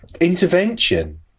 Intervention